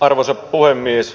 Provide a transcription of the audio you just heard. arvoisa puhemies